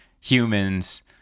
humans